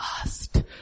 asked